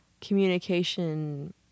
communication